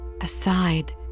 Aside